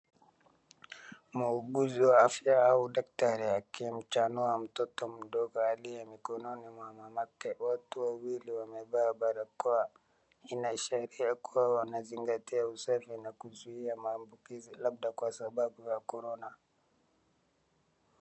Muuguzi wa afya au daktari akimchanua mtoto mdogo aliye mikononi mwa mamake. Watu wawili wamevaa barakoa inaashiria kuwa wanzingatia usafi na kuzuia maambukizi labda kwa sababu ya Korona.